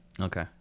Okay